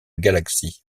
galaxie